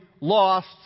lost